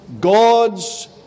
God's